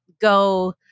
go